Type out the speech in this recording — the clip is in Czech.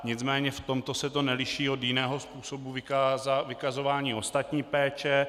Nicméně v tomto se to neliší od jiného způsobu vykazování ostatní péče.